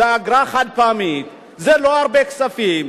זו אגרה חד-פעמית, זה לא הרבה כספים,